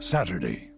Saturday